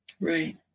Right